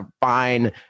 fine